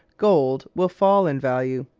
gold will fall in value.